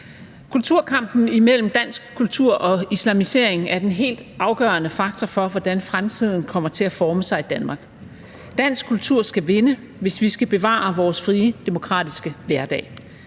Kulturkampen mellem dansk kultur og islamisering er den helt afgørende faktor for, hvordan fremtiden kommer til at forme sig i Danmark. Dansk kultur skal vinde, hvis vi skal bevare vores frie demokratiske hverdag.